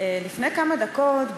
לפני כמה דקות,